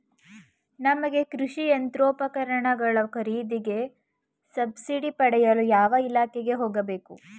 ನಮಗೆ ಕೃಷಿ ಯಂತ್ರೋಪಕರಣಗಳ ಖರೀದಿಗೆ ಸಬ್ಸಿಡಿ ಪಡೆಯಲು ಯಾವ ಇಲಾಖೆಗೆ ಹೋಗಬೇಕು?